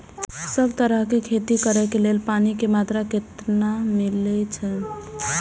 सब तरहक के खेती करे के लेल पानी के मात्रा कितना मिली अछि?